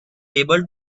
able